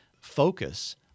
focus